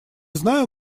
знаю